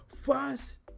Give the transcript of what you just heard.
first